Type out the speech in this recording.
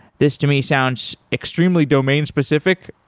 this to me sounds extremely domain specific,